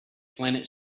planet